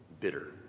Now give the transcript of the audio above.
bitter